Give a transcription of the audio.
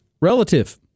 relative